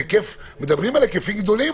מדברים על היקפים גדולים,